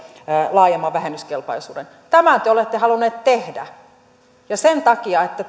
laajemman vähennyskelpoisuuden tämän te te olette halunneet tehdä ja sen takia että